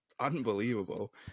unbelievable